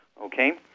okay